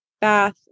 bath